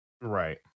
Right